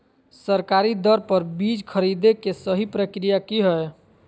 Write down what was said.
सरकारी दर पर बीज खरीदें के सही प्रक्रिया की हय?